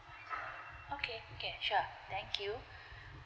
okay okay sure thank you